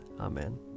Amen